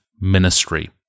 ministry